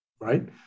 right